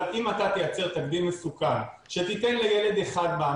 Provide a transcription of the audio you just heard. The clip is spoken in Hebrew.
אבל אם אתה תייצר תקדים מסוכן, שתיתן לילד אחד...